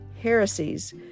heresies